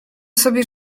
sobie